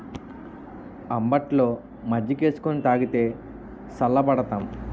అంబట్లో మజ్జికేసుకొని తాగితే సల్లబడతాం